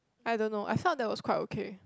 I don't know I felt that was quite okay